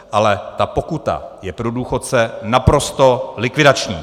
Ale ta pokuta je pro důchodce naprosto likvidační.